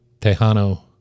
Tejano